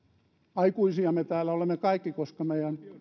aikuisia me täällä olemme kaikki koska meidän